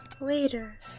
Later